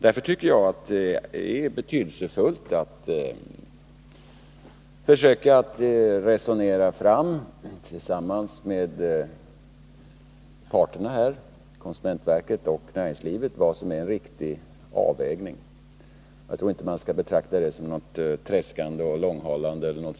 Därför tycker jag att det är betydelsefullt att tillsammans med parterna, konsumentverket och näringslivet, försöka resonera sig fram till vad som är en riktig avvägning. Jag tror inte att man skall betrakta det som något tredskande eller långhalande.